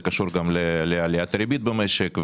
זה גם קשור לעליית הריבית במשק.